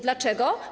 Dlaczego?